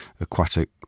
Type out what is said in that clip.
aquatic